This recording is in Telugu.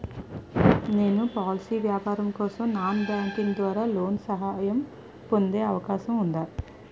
నేను పౌల్ట్రీ వ్యాపారం కోసం నాన్ బ్యాంకింగ్ ద్వారా లోన్ సహాయం పొందే అవకాశం ఉందా?